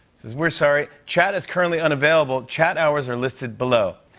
says, we're sorry. chat is currently unavailable. chat hours are listed below.